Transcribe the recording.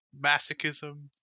masochism